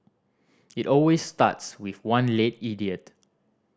it always starts with one late idiot